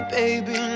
baby